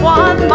one